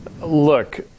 look